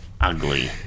ugly